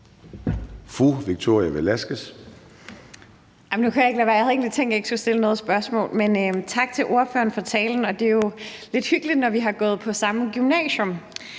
jo ikke lade være – jeg havde egentlig tænkt, jeg ikke skulle stille noget spørgsmål, men tak til ordføreren for talen, og det er lidt hyggeligt, når vi har gået på samme gymnasium.